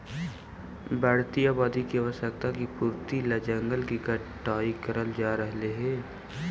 बढ़ती आबादी की आवश्यकता की पूर्ति ला जंगल के कटाई करल जा रहलइ हे